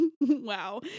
Wow